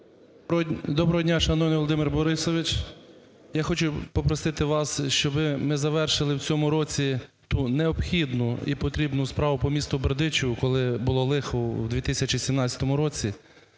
Доброго дня, шановний Володимир Борисович! Я хочу попросити вас, щоб ми завершили в цьому році ту необхідну і потрібну справу по місту Бердичеву, коли було лихо у 2017 році.